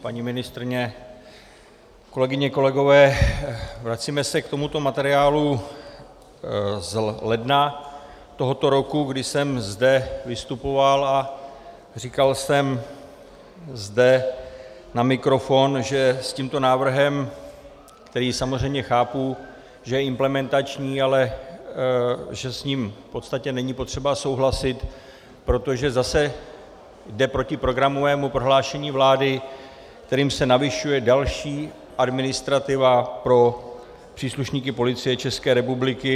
Paní ministryně, kolegyně, kolegové, vracíme se k tomuto materiálu z ledna tohoto roku, kdy jsem zde vystupoval a říkal jsem zde na mikrofon, že s tímto návrhem, který samozřejmě chápu, že je implementační, ale že s ním v podstatě není potřeba souhlasit, protože zase jde proti programovému prohlášení vlády, kterým se navyšuje další administrativa pro příslušníky Policie České republiky.